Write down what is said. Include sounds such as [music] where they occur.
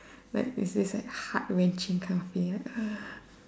like there's this like heart wrenching kind of feeling like [breath]